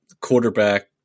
quarterback